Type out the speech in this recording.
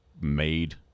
made